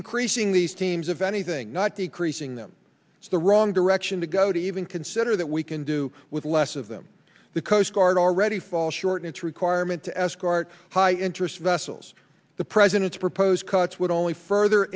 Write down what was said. increasing these teams of anything not decreasing them it's the wrong direction to go to even consider that we can do with less of them the coast guard already fall short in its requirement to escort high interest vessels the president's proposed cuts would only further